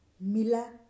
mila